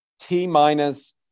T-minus